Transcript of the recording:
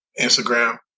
Instagram